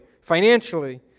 financially